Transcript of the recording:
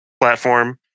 platform